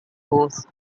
course